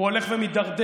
והוא הולך ומידרדר,